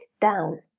down